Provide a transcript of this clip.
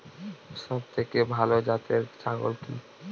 সবথেকে ভালো জাতের ছাগল কি?